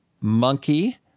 monkey